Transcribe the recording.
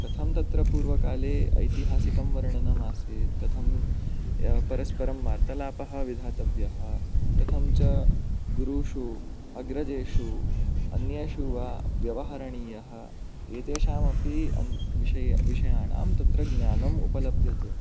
कथं तत्र पूर्वकाले ऐतिहासिकं वर्णनमासीत् कथं परस्परं वार्तालापः विधातव्यः कथं च गुरुषु अग्रजेषु अन्येषु वा व्यवहरणीयः एतेषामपि विषय् विषयाणां तत्र ज्ञानमुपलभ्यते